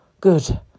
good